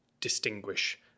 distinguish